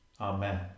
Amen